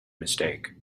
mistake